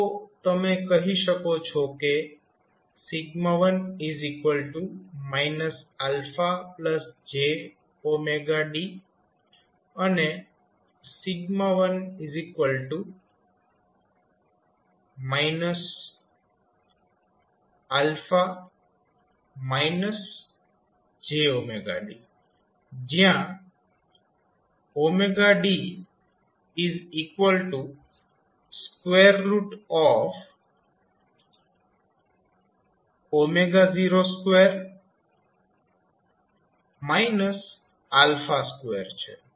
તો તમે કહી શકો છો કે 1 jd અને 2 jd છે જ્યાં d02 2 છે